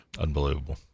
Unbelievable